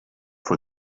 for